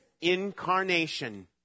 incarnation